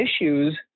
issues